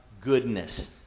goodness